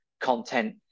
content